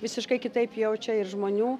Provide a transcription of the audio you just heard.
visiškai kitaip jaučia ir žmonių